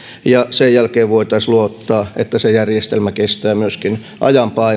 ja sen jälkeen voitaisiin luottaa että se järjestelmä kestää myöskin ajan painetta ja